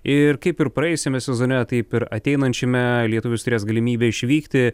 ir kaip ir praėjusiame sezone taip ir ateinančiame lietuvis turės galimybę išvykti